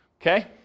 Okay